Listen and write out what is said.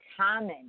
common